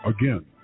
Again